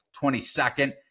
22nd